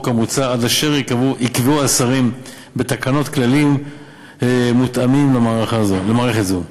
המוצע עד אשר יקבעו השרים בתקנות כללים מותאמים למערכת זו.